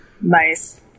Nice